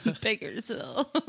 Bakersville